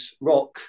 rock